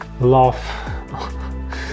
love